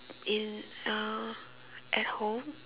in uh at home